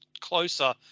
closer